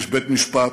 יש בית-משפט,